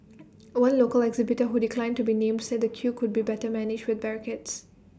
one local exhibitor who declined to be named said the queue could be better managed with barricades